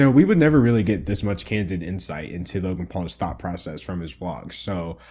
yeah we would never really get this much candid insight into logan paul's thought process from his vlog. so,